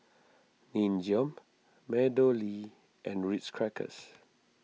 Nin Jiom MeadowLea and Ritz Crackers